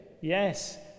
yes